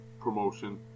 promotion